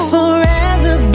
Forever